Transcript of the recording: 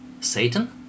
Satan